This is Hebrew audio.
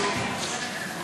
העלאת סכום המחיר הבסיסי),